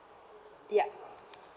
yup